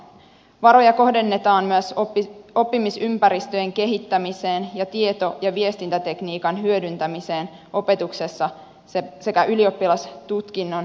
varoja kohdennetaan myös oppimisympäristöjen kehittämiseen ja tieto ja viestintätekniikan hyödyntämiseen opetuksessa sekä ylioppilastutkinnon sähköistämiseen